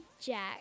Jack